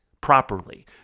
properly